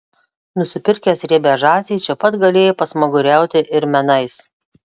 nusipirkęs riebią žąsį čia pat galėjai pasmaguriauti ir menais